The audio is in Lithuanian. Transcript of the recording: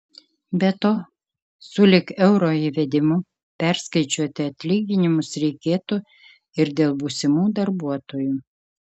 be to sulig euro įvedimu perskaičiuoti atlyginimus reikėtų ir dėl būsimų darbuotojų